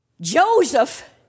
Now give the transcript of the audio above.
Joseph